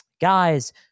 Guys